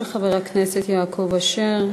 של חבר הכנסת יעקב אשר,